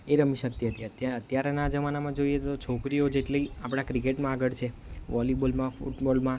એ રમી શકતી હતી અત્યાર અત્યારના જમાનામાં જોઈએ તો છોકરીઓ જેટલી આપણા ક્રિકેટમાં આગળ છે વોલીબોલમાં ફૂટબોલમાં